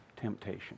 temptation